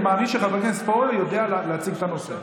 אני מאמין שחבר הכנסת פורר יודע להציג את הנושא.